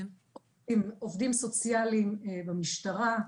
עובדים סוציאליים במשטרת ישראל,